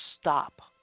stop